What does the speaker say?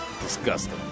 disgusting